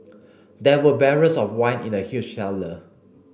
there were barrels of wine in the huge cellar